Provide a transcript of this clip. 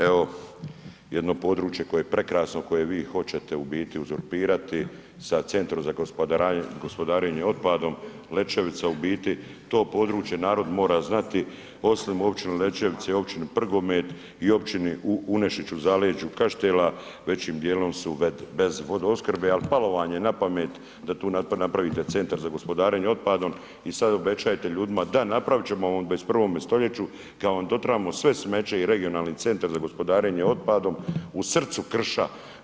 Evo, jedno područje koje je prekrasno, koje vi hoćete ubiti uzurpirati sa centrom za gospodarenje otpadom Lećevica u biti, to područje, narod mora znati, osim općine Lećevica i općini Prgomet i općini Uništić u zaleđu Kaštela, već dijelom su bez vodoopskrbe, ali palo vam je napamet da tu napravite centar za gospodarenje otpadom i sad obećajete ljudima da napravit ćemo vam u 21. stoljeću kad vam dotiramo sve smeće i regionalni centar za gospodarenje otpadom u srcu krša.